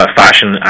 fashion